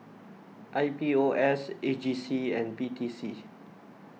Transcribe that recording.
I P O S A G C and P T C